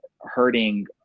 hurting